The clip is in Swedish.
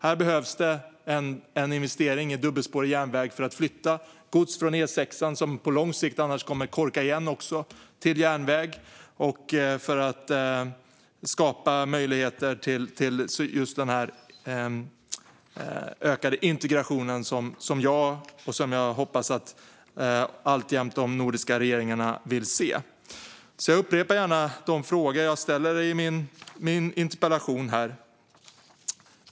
Här behövs en investering i dubbelspårig järnväg för att flytta gods från E6:an, som annars på lång sikt kommer att korka igen, till järnväg och för att skapa möjligheter för den ökade integration som jag hoppas att de nordiska regeringarna alltjämt vill se. Jag upprepar gärna de frågor jag ställde i min interpellation.